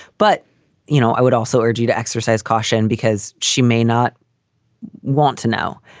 but you know, i would also urge you to exercise caution because she may not want to know.